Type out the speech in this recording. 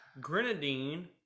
Grenadine